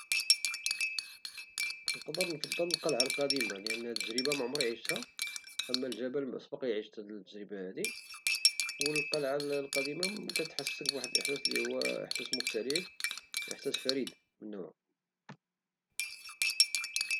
نقدر نفضل القلعة القديمة حيت تجربة معمرني عشتها، أما الجبل فسبقلي عشتو، والقلعة القديمة كتحسك بواحد الإحساس لي هو إحساس مختلف وإحساس فريد من نوعه